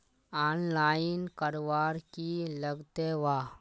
Online करवार की लगते वा?